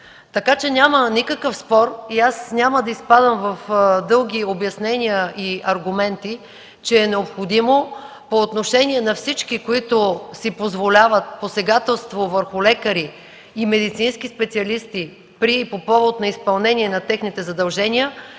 Няма никакъв спор и няма да изпадам в дълги обяснения и аргументи, че е необходимо по отношение на всички, които си позволяват посегателство върху лекари и медицински специалисти при и по повод изпълнение на техните задължения